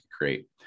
create